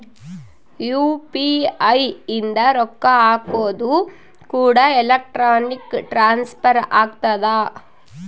UPI ಇಂದ ರೊಕ್ಕ ಹಕೋದು ಕೂಡ ಎಲೆಕ್ಟ್ರಾನಿಕ್ ಟ್ರಾನ್ಸ್ಫರ್ ಆಗ್ತದ